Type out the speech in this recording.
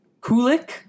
Kulik